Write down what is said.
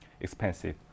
expensive